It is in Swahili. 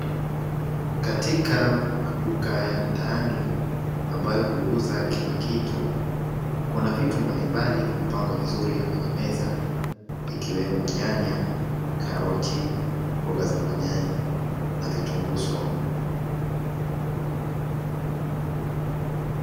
Katika maduka ya mtaani ambayo huuza kila kitu, kuna vitu mbalimbali vimepangwa kwenye meza Vikiwemo: nyanya, karoti, mboga za majani na vitunguu swaumu.